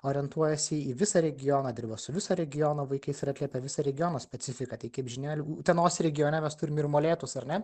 orientuojasi į visą regioną dirba su viso regiono vaikais ir aprėpia visą regiono specifiką tai kaip žinia utenos regione mes turim ir molėtus ar ne